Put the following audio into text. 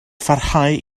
pharhau